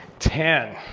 ten.